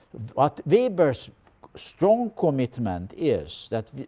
but weber's strong commitment is that